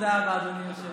תודה רבה, אדוני היושב-ראש.